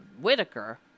Whitaker